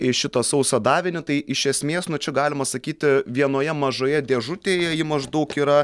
iš šito sauso davinio tai iš esmės nu čia galima sakyti vienoje mažoje dėžutėje ji maždaug yra